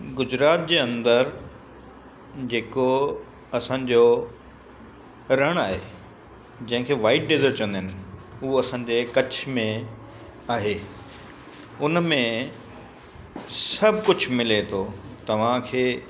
गुजरात जे अंदरि जेको असांजो रण आहे जंहिं खे वाइट डेजर्ट चवंदा आहिनि उहे असांजे कच्छ में आहे हुन में सभु कुझु मिले थो तव्हांखे